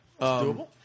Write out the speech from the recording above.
doable